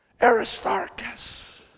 Aristarchus